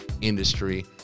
industry